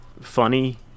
funny